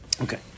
Okay